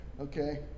Okay